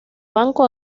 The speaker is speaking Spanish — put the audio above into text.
banco